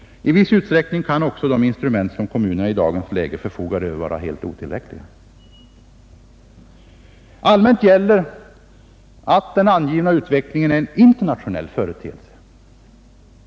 I viss utsträckning kan också de instrument som kommunerna förfogar över vara helt otillräckliga. Allmänt gäller att den angivna utvecklingen är en internationell företeelse.